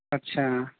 اچھا